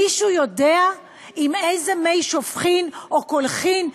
מישהו יודע עם איזה מי שופכין או קולחין,